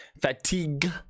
fatigue